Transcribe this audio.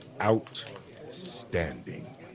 Outstanding